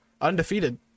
undefeated